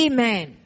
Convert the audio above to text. Amen